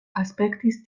aspektis